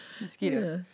mosquitoes